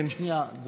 יש